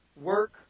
work